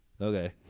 Okay